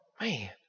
man